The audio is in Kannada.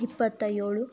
ಇಪ್ಪತ್ತ ಏಳು